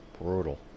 brutal